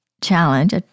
challenge